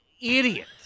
idiot